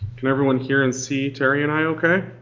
can everyone hear and see terry and i okay?